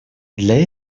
для